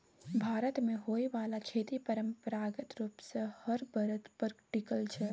भारत मे होइ बाला खेती परंपरागत रूप सँ हर बरद पर टिकल छै